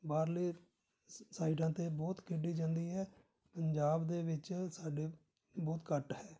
ਬਾਹਰਲੇ ਸ ਸਾਈਡਾਂ 'ਤੇ ਬਹੁਤ ਖੇਡੀ ਜਾਂਦੀ ਹੈ ਪੰਜਾਬ ਦੇ ਵਿੱਚ ਸਾਡੇ ਬਹੁਤ ਘੱਟ ਹੈ